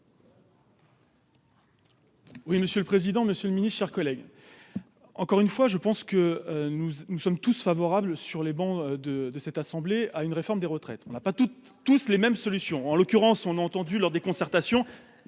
Oui, monsieur le président, Monsieur le Ministre, chers collègues, encore une fois, je pense que nous nous sommes tous favorables sur les bancs de de cette assemblée à une réforme des retraites. On n'a pas toutes tous les mêmes solutions en l'occurrence, on a entendu lors des concertations